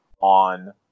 on